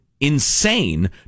insane